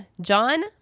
John